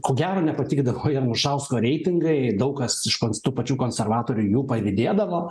ko gero nepatikdavo ir anušausko reitingai daug kas iš kons tų pačių konservatorių jų pavydėdavo